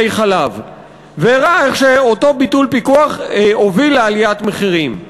חלב והראה איך אותו ביטול פיקוח הוביל לעליית מחירים.